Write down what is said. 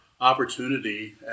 opportunity